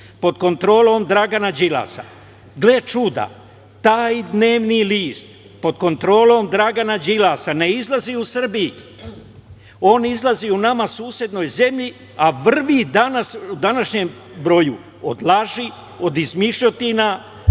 pod kontrolom Dragana Đilasa, gle čuda, taj dnevni list ne izlazi u Srbiji, on izlazi u nama susednoj zemlji, a vrvi u današnjem broju od laži i od izmišljotina,